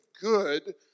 good